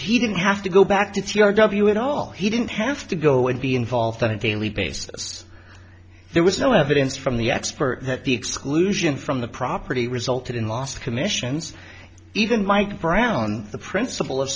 he didn't have to go back to t r w at all he didn't have to go and be involved on a daily basis there was no evidence from the expert that the exclusion from the property resulted in loss commissions even mike brown the principal o